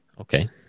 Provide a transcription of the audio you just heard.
okay